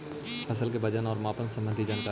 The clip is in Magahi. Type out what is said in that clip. फसल के वजन और मापन संबंधी जनकारी?